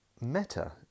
Meta